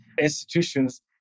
institutions